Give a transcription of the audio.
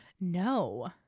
No